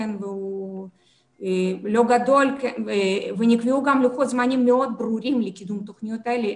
לא גדול ונקבעו גם לוחות זמנים מאוד ברורים לקידום התוכניות האלה,